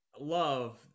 love